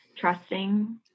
trusting